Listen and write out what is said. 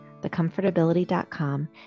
thecomfortability.com